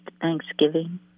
Thanksgiving